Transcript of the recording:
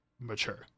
mature